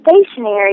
stationary